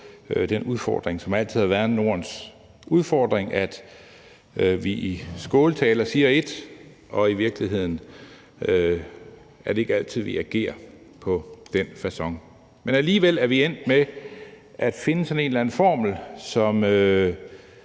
den udfordring, som altid har været Nordens udfordring, altså at vi i skåltaler siger et, og at det i virkeligheden ikke er altid, vi agerer på den facon. Men alligevel er vi endt med at finde en eller anden formel, hvor